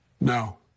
No